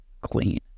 clean